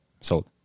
sold